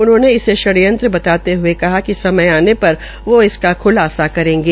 उन्होंने इसे षडंयंत्र बताते हये कहा कि समय आने पर वो उनका ख्लासा करेंगे